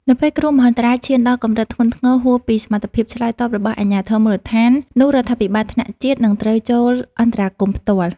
នៅពេលគ្រោះមហន្តរាយឈានដល់កម្រិតធ្ងន់ធ្ងរហួសពីសមត្ថភាពឆ្លើយតបរបស់អាជ្ញាធរមូលដ្ឋាន នោះរដ្ឋាភិបាលថ្នាក់ជាតិនឹងត្រូវចូលអន្តរាគមន៍ផ្ទាល់។